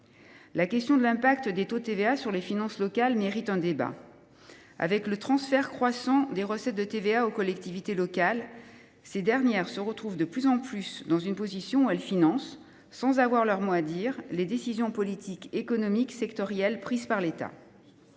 La question de l’impact des taux de TVA sur les finances locales mérite un débat. Avec le transfert croissant des recettes de TVA aux collectivités locales, ces dernières financent de plus en plus fréquemment, et sans avoir leur mot à dire, des décisions de politique économique sectorielle prises par l’État.